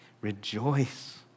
Rejoice